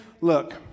look